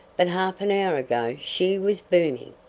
but half an hour ago she was booming.